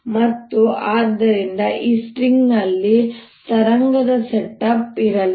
ಮತ್ತು ಆದ್ದರಿಂದ ಈ ಸ್ಟ್ರಿಂಗ್ ನಲ್ಲಿ ತರಂಗ ಸೆಟಪ್ ಇರಲಿದೆ